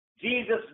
Jesus